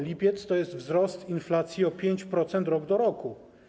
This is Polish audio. Lipiec to jest wzrost inflacji o 5% rok do roku.